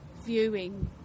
viewing